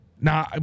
Now